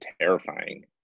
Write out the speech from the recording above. terrifying